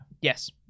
Yes